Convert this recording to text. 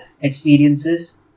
experiences